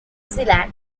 zealand